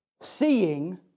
seeing